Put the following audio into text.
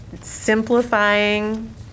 simplifying